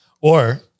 Or-